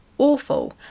awful